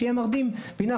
והינה,